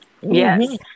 Yes